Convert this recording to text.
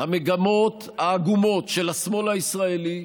המגמות העגומות של השמאל הישראלי,